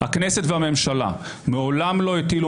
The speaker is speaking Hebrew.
אבל הכי חושב ואת זה כמעט אף אחד לא אומר,